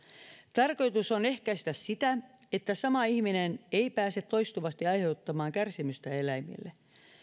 tarkoitus on ehkäistä sitä että sama ihminen ei pääse toistuvasti aiheuttamaan kärsimystä eläimille